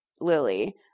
Lily